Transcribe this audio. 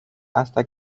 hasta